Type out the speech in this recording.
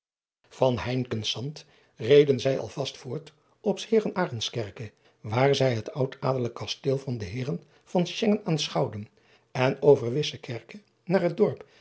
einkenszand reden zij al vast voort op s eerarentskerke waar zij het oud adelijk asteel van de eeren aanschouwden en over issekerke naar het dorp